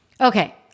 Okay